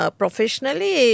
professionally